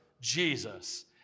Jesus